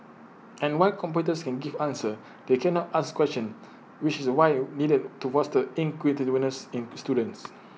and while computers can give answers they cannot ask questions which is while needed to foster inquisitiveness in students